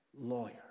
lawyer